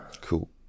Cool